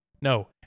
No